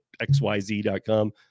xyz.com